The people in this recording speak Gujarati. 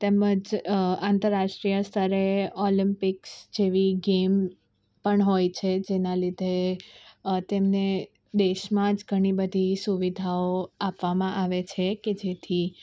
તેમજ આંતરરાષ્ટ્રીય સ્તરે ઓલમ્પિક્સ જેવી ગેમ પણ હોય છે જેના લીધે તેમને દેશમાં જ ઘણી બધી સુવિધાઓ આપવામાં આવે છે કે જેથી